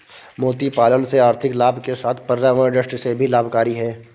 मोती पालन से आर्थिक लाभ के साथ पर्यावरण दृष्टि से भी लाभकरी है